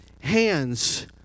hands